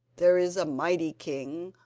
there is a mighty king,